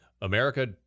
America